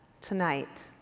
tonight